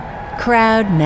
Crowd